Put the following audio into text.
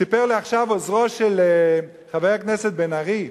סיפר לי עכשיו עוזרו של חבר הכנסת בן-ארי,